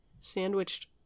sandwiched